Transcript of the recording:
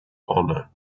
honor